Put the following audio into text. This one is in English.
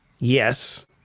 yes